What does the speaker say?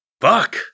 Fuck